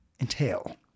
entail